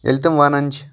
ییٚلہِ تِم ونان چھِ